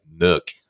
nook